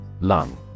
Lung